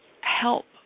help